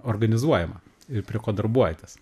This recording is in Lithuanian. organizuojama ir prie ko darbuojatės